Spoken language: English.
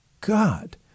God